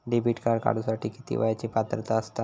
Debit card काढूसाठी किती वयाची पात्रता असतात?